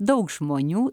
daug žmonių